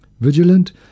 Vigilant